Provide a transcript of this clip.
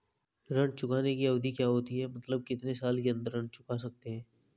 ऋण चुकाने की अवधि क्या होती है मतलब कितने साल के अंदर ऋण चुका सकते हैं?